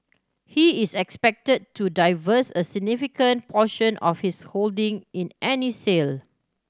he is expected to divest a significant portion of his holding in any sale